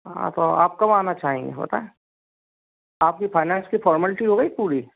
हाँ तो आप कब आना चाहेंगे बताएं आपकी फाइनैंस की फाॅर्मेलटी हो गई पूरी